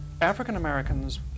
African-Americans